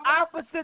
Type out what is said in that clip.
opposite